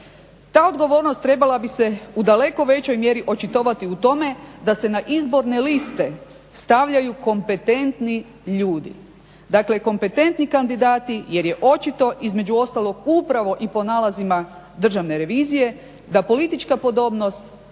Ta odgovornost trebala bi se u daleko većoj mjeri očitovati u tome da se na izborne liste stavljaju kompetentni ljudi, dakle kompetentni kandidati jer je očito, između ostalog upravo i po nalazima Državne revizije da politička podobnost